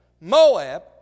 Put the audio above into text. Moab